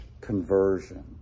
conversion